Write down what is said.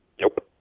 Nope